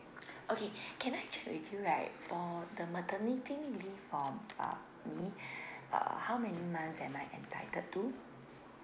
okay can I check with you right for the maternity leave for um me uh how many months am I entitled to